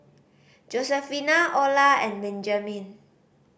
Josefina Ola and Benjamin